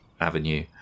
Avenue